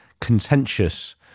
contentious